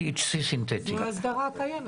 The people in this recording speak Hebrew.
לי תרופת פלא לאף אחד,